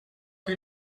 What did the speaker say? que